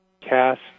cast